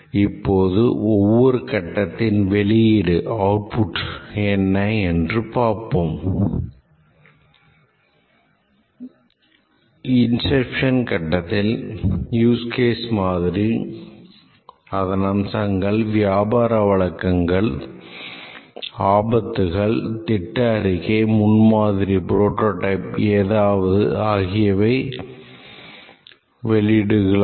இப்போது ஒவ்வொரு கட்டத்தின் வெளியீடு ஆகியவை வெளியீடுகளாகும்